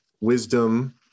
wisdom